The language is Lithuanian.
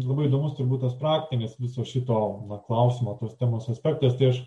labai įdomus turbūt tas praktinis viso šito na klausimo tos temos aspektas tai aš